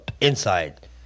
inside